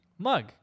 Mug